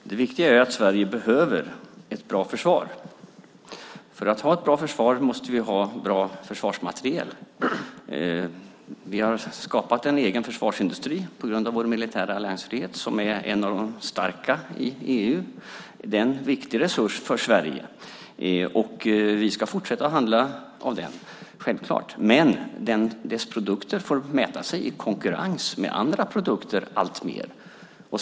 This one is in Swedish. Fru talman! Det viktiga är att Sverige behöver ett bra försvar. För att ha ett bra försvar måste vi ha bra försvarsmateriel. Vi har skapat en egen försvarsindustri på grund av vår militära alliansfrihet som är en av de starka i EU. Det är en viktig resurs för Sverige, och vi ska självklart fortsätta att handla av den. Men denna industris produkter får alltmer mäta sig i konkurrens med andra produkter.